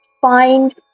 find